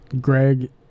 Greg